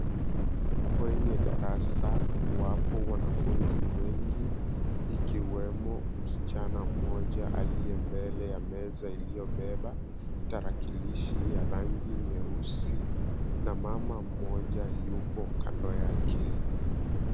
Kwenye darasa wapo wanafunzi wengi, ikiwemo msichana mmoja aliye mbele ya meza iliyobeba tarakilishi ya rangi nyeusi, na mama mmoja yupo kando yake.